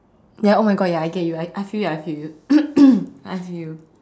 ya oh my God ya I get you I I feel you I feel you I feel you